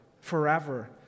forever